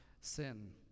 sin